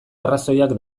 arrazoiak